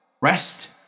rest